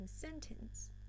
sentence